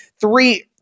three